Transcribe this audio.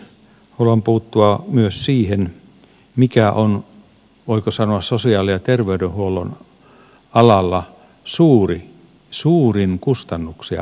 haluan puuttua myös siihen mikä on voiko sanoa sosiaali ja terveydenhuollon alalla suurin kustannuksia aiheuttava asia